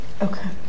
Okay